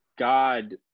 God